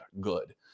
good